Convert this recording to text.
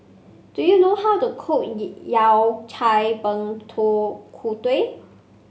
do you know how to cook Yao Cai kut